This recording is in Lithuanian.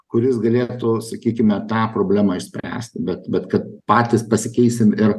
kuris galėtų sakykime tą problemą išspręsti bet bet kad patys pasikeisim ir